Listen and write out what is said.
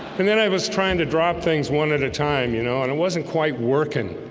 and then i was trying to drop things one at a time, you know, and it wasn't quite working